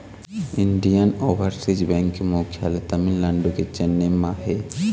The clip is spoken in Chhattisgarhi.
इंडियन ओवरसीज बेंक के मुख्यालय तमिलनाडु के चेन्नई म हे